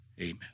Amen